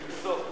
זה למסור.